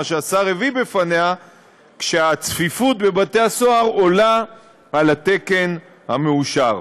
שהשר הביא בפניה כשהצפיפות בבתי-הסוהר עולה על התקן המאושר.